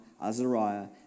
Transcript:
Azariah